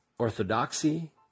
orthodoxy